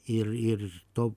ir ir tuo